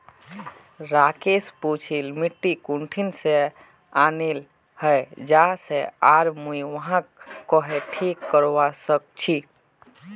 राकेश पूछिल् कि मिट्टी कुठिन से आनिल हैये जा से आर मुई वहाक् कँहे ठीक करवा सक छि